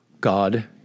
God